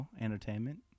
Entertainment